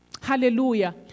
Hallelujah